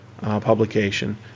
publication